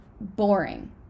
boring